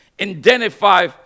identify